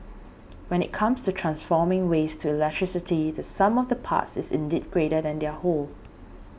when it comes to transforming waste to electricity the sum of the parts is indeed greater than their whole